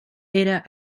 era